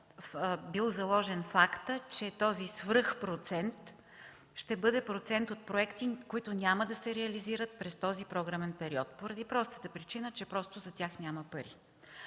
бил заложен фактът, че този свръхпроцент ще бъде процент от проекти, които няма да се реализират през този програмен период, поради простата причина, че за тях няма пари.